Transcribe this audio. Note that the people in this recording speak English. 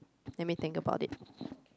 let me think about it